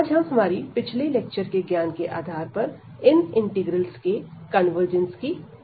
आज हम हमारी पिछली लेक्चर के ज्ञान के आधार पर इन इंटीग्रल्स के कन्वर्जंस की चर्चा करेंगे